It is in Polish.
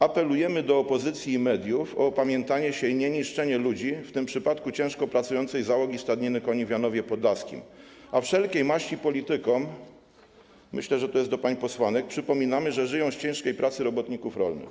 Apelujemy do opozycji i mediów o opamiętanie się i nieniszczenie ludzi, w tym przypadku ciężko pracującej załogi stadniny koni w Janowie Podlaskim, a wszelkiej maści politykom - myślę, że to jest do pań posłanek - przypominamy, że żyją z ciężkiej pracy robotników rolnych.